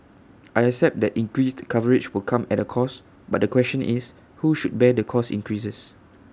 I accept that increased coverage will come at A cost but the question is who should bear the cost increases